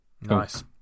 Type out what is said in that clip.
Nice